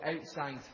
outside